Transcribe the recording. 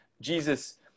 Jesus